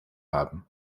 haben